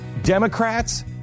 Democrats